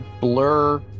Blur